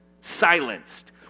silenced